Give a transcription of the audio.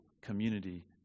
community